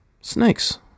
Snakes